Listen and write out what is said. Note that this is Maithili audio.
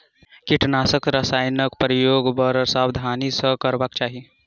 कीटनाशक रसायनक प्रयोग बड़ सावधानी सॅ करबाक चाही